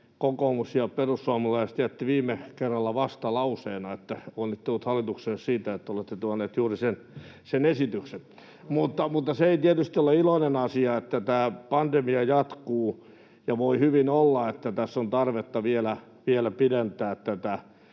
kokoomus ja perussuomalaiset jättivät viime kerralla vastalauseena. Onnittelut hallitukselle siitä, että olette tuoneet juuri sen esityksen. Mutta se ei tietysti ole iloinen asia, että tämä pandemia jatkuu, ja voi hyvin olla, että tässä on tarvetta vielä pidentää tätä